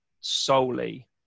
solely